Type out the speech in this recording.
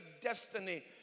destiny